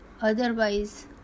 Otherwise